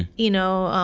you know,